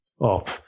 up